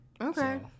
Okay